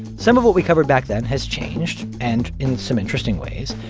some of what we covered back then has changed and in some interesting ways.